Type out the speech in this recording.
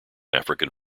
african